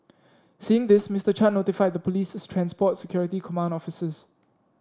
seeing this Mister Chan notified the police's transport security command officers